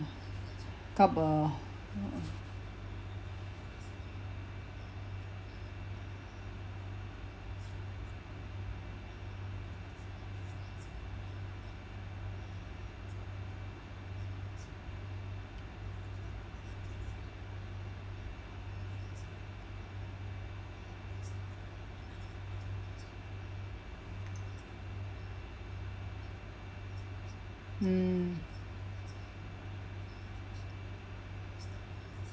up a uh mm